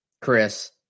Chris